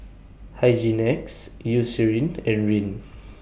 Hygin X Eucerin and Rene